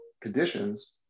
conditions